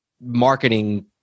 marketing